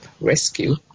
rescue